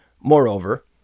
Moreover